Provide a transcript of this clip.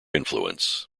influence